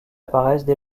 apparaissent